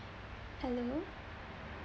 hello